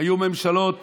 היו ממשלות